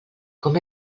com